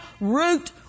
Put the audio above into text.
root